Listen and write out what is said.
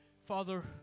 Father